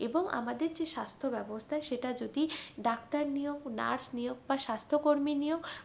এবং আমাদের যে স্বাস্থ্য ব্যবস্থা সেটা যদি ডাক্তার নিয়োগ নার্স নিয়োগ বা স্বাস্থ্য কর্মী নিয়োগ